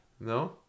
No